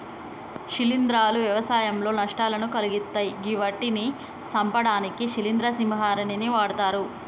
శిలీంద్రాలు వ్యవసాయంలో నష్టాలను కలిగిత్తయ్ గివ్విటిని సంపడానికి శిలీంద్ర సంహారిణిని వాడ్తరు